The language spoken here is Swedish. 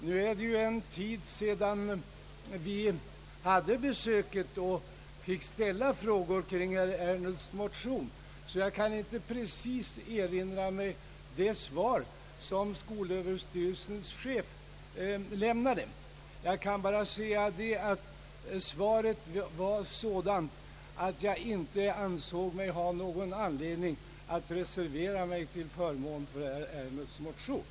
Nu är det en tid sedan vi hade besöket och fick ställa frågor kring herr Ernulfs motion, och därför kan jag inte precis erinra mig det svar som skolöverstyrelsens chef lämnade. Jag kan bara säga att svaret var sådant att jag inte fann någon anledning att reservera mig till förmån för herr Ernulfs motion.